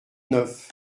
neuf